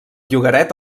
llogaret